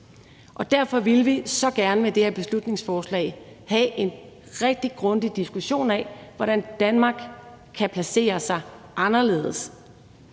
Derfor ville vi så gerne med det her beslutningsforslag have en rigtig grundig diskussion af, hvordan Danmark kan placere sig anderledes.